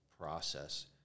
process